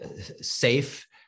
safe